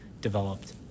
developed